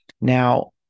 Now